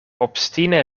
obstine